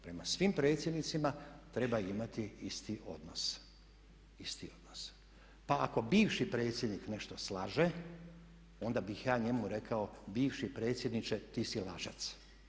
Prema svim predsjednicima treba imati isti odnos, pa ako bivši predsjednik nešto slaže onda bih ja njemu rekao, bivši predsjedniče, ti si lažac.